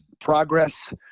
progress